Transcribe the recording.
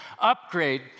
upgrade